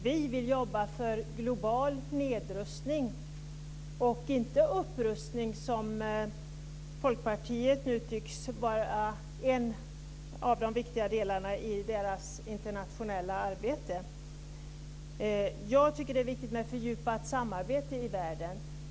Vi vill jobba för global nedrustning, och inte upprustning, som för Folkpartiet nu tycks vara en av de viktiga delarna i det internationella arbetet. Jag tycker att det är viktigt med fördjupat samarbete i världen.